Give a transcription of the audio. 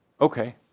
Okay